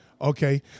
Okay